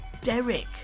Derek